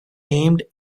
named